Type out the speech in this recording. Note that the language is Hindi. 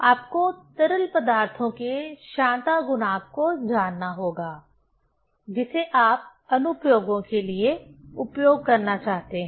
आप को तरल पदार्थों के श्यानता गुणांक को जानना होगा जिसे आप अनुप्रयोगों के लिए उपयोग करना चाहते हैं